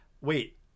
wait